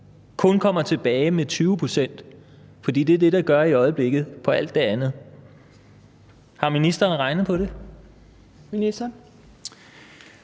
kun kommer tilbage med 20 pct., for det er det, de gør i øjeblikket på alt det andet. Har ministeren regnet på det?